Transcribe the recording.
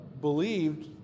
believed